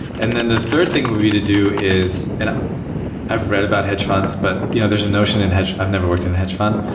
and then the third thing we're going to do is and i've read about hedge funds, but you know there's a notion in hedge i've never worked in a hedge fund.